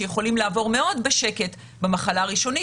שיכולים לעבור מאוד בשקט במחלה הראשונית